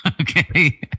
Okay